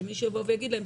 שמישהו יבוא ויגיד להם: